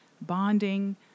bonding